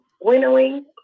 winnowing